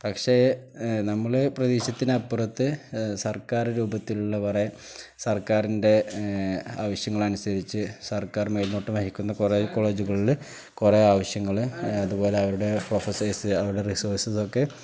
പക്ഷേ നമ്മള് പ്രതീക്ഷിക്കുന്നതിനപ്പുറത്ത് സർക്കാർ രൂപത്തിലുള്ള കുറെ സർക്കാരിൻ്റെ ആവശ്യങ്ങളനുസരിച്ച് സർക്കാർ മുന്നോട്ടുവെയ്ക്കുന്ന കുറേ കോളേജുകളില് കുറേ ആവശ്യങ്ങള് അതുപോലെ അവരുടെ പ്രൊഫസേഴ്സ് അവരുടെ റിസോഴ്സസൊക്കെ